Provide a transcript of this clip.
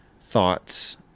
thoughts